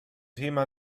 thema